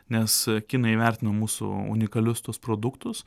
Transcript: nes kinai įvertino mūsų unikalius tuos produktus